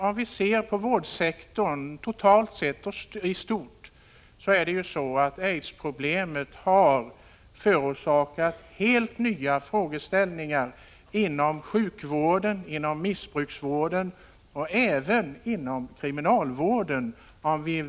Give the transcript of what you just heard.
Om vi ser på vårdsektorn i stort finner vi nämligen att aidsproblemet har skapat helt nya frågeställningar inom sjukvården, inom missbrukarvården och även inom kriminalvården.